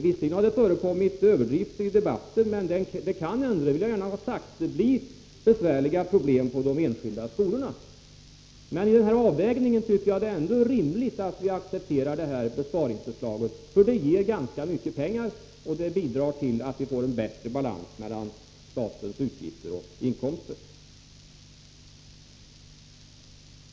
Visserligen har det förekommit överdrifter i debatten, men det blir besvärliga problem på de enskilda skolorna. I den här avvägningen tycker jag ändå att det är rimligt att vi accepterar detta besparingsförslag. Det ger ganska mycket pengar, och det bidrar till att vi får bättre balans mellan statens utgifter och inkomster.